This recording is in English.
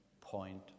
point